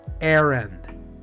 errand